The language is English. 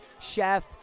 Chef